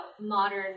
modern